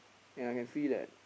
ya I can see that